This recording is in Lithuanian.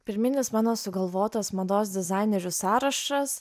pirminis mano sugalvotas mados dizainerių sąrašas